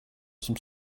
some